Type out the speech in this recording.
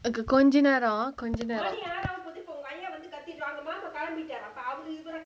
அக்கா கொஞ்ச நேரோ கொஞ்ச நேரோ:akka konja nero konja nero